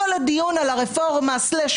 בכנסת שלאחר מכן,